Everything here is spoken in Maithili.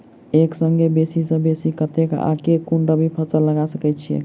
एक संगे बेसी सऽ बेसी कतेक आ केँ कुन रबी फसल लगा सकै छियैक?